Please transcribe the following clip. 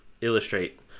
illustrate